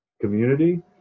community